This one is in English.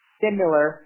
similar